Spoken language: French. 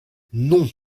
non